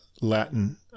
Latin